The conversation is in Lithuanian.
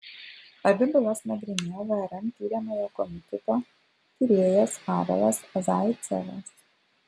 abi bylas nagrinėjo vrm tiriamojo komiteto tyrėjas pavelas zaicevas